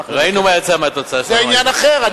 ראינו מה יצא, מה התוצאה, זה עניין אחר.